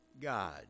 God